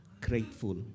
grateful